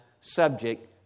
subject